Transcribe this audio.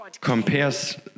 compares